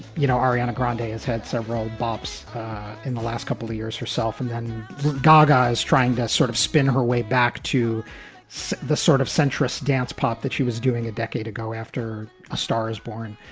you know, ariana grande day has had several bumps in the last couple of years herself. and then gaga is trying to sort of spin her way back to the sort of centrist dance pop that she was doing a decade ago after a star is born.